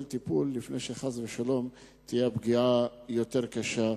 טיפול לפני שחס ושלום תהיה הפגיעה יותר קשה וממושכת?